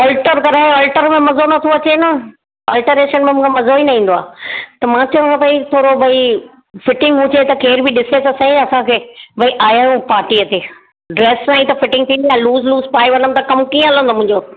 alter कराइ alter में मजो नथो अचे ऑल्ट्रेशन में मूंखे मजो ई न ईंदो आहे त मां चवां पई थोरो भई फिटिंग हुजे त केरु बि ॾिसो त सही असांखे भई आया आहियूं पार्टीअ ते ड्रैस जी त फिटिंग थींदी आहे लूज़ लूज़ पाए वेंदमि त कमु कीअं हलंदो मुंहिंजो